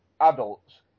adults